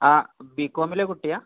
ആ ബി കോമിലെ കുട്ടിയാണോ